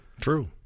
True